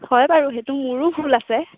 হয় বাৰু সেইটো মোৰো ভুল আছে